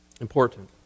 important